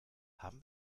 haben